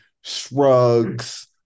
shrugs